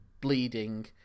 bleeding